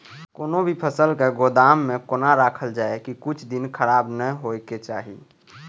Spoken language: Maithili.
कोनो भी फसल के गोदाम में कोना राखल जाय की कुछ दिन खराब ने होय के चाही?